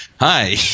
hi